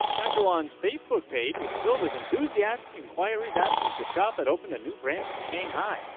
chachawan's facebook page was filled with enthusiastic inquiries asking if the shop had opened a new branch in shanghai.